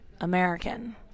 American